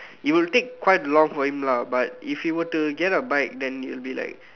it will take quite long for him lah but if he were to get a bike it will like